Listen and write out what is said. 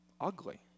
ugly